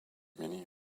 many